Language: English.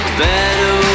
better